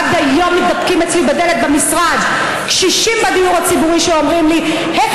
עד היום מתדפקים אצלי בדלת במשרד קשישים בדיור הציבורי ואומרים לי: איך